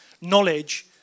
knowledge